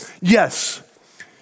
Yes